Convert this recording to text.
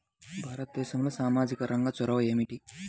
భారతదేశంలో సామాజిక రంగ చొరవ ఏమిటి?